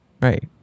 Right